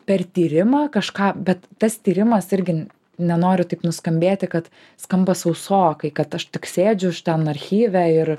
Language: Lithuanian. per tyrimą kažką bet tas tyrimas irgi nenoriu tik nuskambėti kad skamba sausokai kad aš tik sėdžiu šitam archyve ir